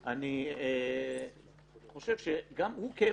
אני חושב שגם הוא כאדם,